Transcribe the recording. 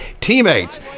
Teammates